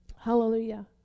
Hallelujah